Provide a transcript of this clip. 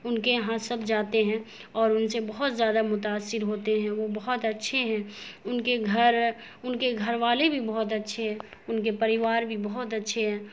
ان کے یہاں سب جاتے ہیں اور ان سے بہت زیادہ متاثر ہوتے ہیں وہ بہت اچھے ہیں ان کے گھر ان کے گھر والے بھی بہت اچھے ہیں ان کے پرویوار بھی بہت اچھے ہیں